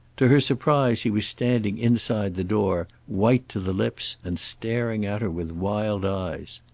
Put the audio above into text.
to her surprise he was standing inside the door, white to the lips and staring at her with wild eyes.